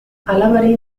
alabari